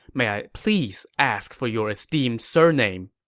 may i please ask for your esteemed surname?